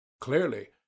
clearly